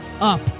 up